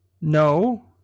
no